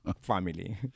family